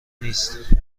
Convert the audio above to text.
نیست